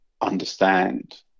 understand